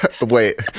Wait